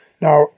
Now